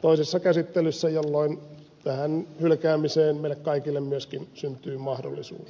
toisessa käsittelyssä jolloin tähän hylkäämiseen meille kaikille myöskin syntyy mahdollisuus